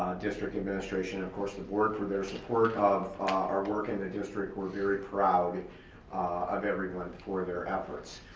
district administration, of course the board for their support of our work in the district. we're very proud of everyone for their efforts.